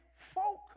folk